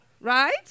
right